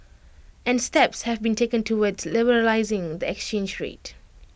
and steps have been taken towards liberalising the exchange rate